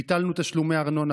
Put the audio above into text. ביטלנו תשלומי ארנונה,